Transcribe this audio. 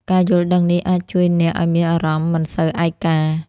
ការយល់ដឹងនេះអាចជួយអ្នកឱ្យមានអារម្មណ៍មិនសូវឯកា។